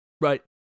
Right